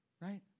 right